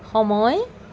সময়